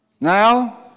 Now